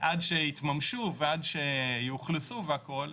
עד שיתממשו ועד שיאוכלסו והכול,